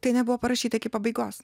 tai nebuvo parašyta iki pabaigos